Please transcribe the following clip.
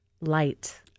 Light